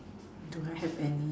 do I have any